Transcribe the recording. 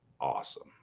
awesome